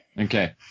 Okay